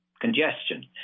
congestion